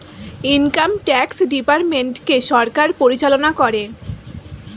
income tax ডিপার্টমেন্টকে সরকার পরিচালনা করে